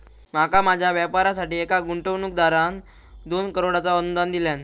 माका माझ्या व्यापारासाठी एका गुंतवणूकदारान दोन करोडचा अनुदान दिल्यान